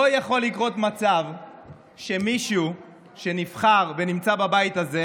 לא יכול לקרות מצב שמישהו שנבחר ונמצא בבית הזה